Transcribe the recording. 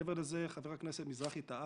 מעבר לזה, חבר הכנסת מזרחי טעה.